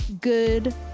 good